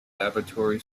laboratory